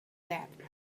that